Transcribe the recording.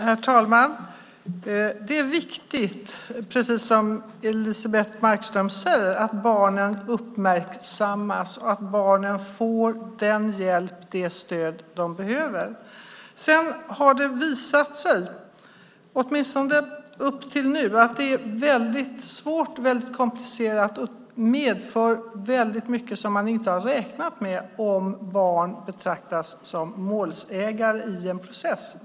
Herr talman! Det är viktigt, precis som Elisebeht Markström säger, att barnen uppmärksammas och får den hjälp och det stöd som de behöver. Sedan har det visat sig, åtminstone fram till nu, att det är väldigt svårt och komplicerat och medför väldigt mycket som man inte hade räknat med om barn betraktas som målsägande i en process.